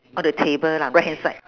on the table lah right hand side